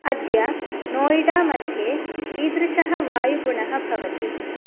अद्य नोय्डा मध्ये कीदृशः वायुगुणः भवति